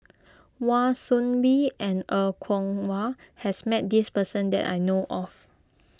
Wan Soon Bee and Er Kwong Wah has met this person that I know of